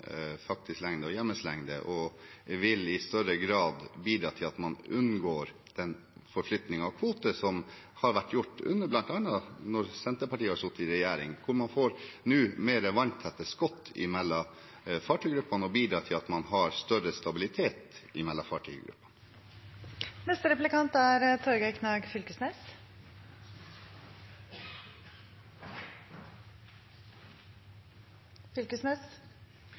faktisk lengde og hjemmelslengde og vil i større grad bidra til at man unngår den forflytningen av kvoter som har vært gjort, bl.a. mens Senterpartiet har sittet i regjering. Man får nå mer vanntette skott mellom fartøygruppene og bidrar til at man har større stabilitet mellom fartøygruppene. I denne saka er ikkje Framstegspartiet noko reelt opposisjonsparti, det er